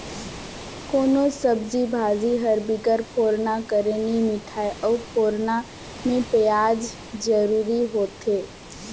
कोनोच सब्जी भाजी हर बिगर फोरना कर नी मिठाए अउ फोरना में पियाज जरूरी होथे